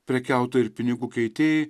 prekiautojai ir pinigų keitėjai